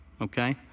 okay